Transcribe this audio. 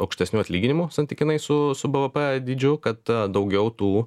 aukštesnių atlyginimų santykinai su su bvp dydžiu kad daugiau tų